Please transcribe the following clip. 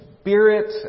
Spirit